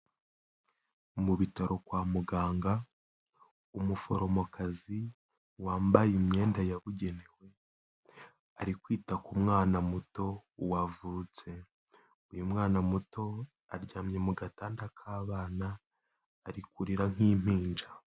Mu bitaro kwa muganga umuforomokazi wambaye imyenda yabugenewe ari kwita ku mwana muto wavutse, uyu mwana muto aryamye mu gatanda k'abana ari kurira nk'impinja.